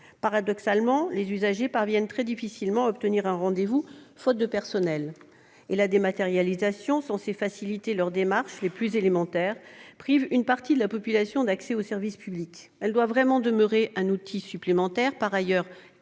Paradoxalement, les usagers parviennent très difficilement à obtenir un rendez-vous, faute de personnel. Quant à la dématérialisation, censée faciliter leurs démarches les plus élémentaires, elle prive une partie de la population d'accès aux services publics. Elle doit vraiment demeurer un outil additionnel, par ailleurs